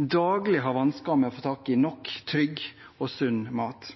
daglig har vansker med å få tak i nok, trygg og sunn mat.